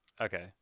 Okay